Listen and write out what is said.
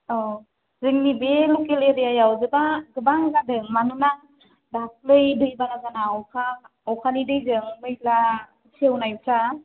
औ जोंनि बे लखेल एरियायाव गोबां गोबां जादों मानोना दाखालै दैबाना जाना अखा अखानि दैजों मैला सेवनायफ्रा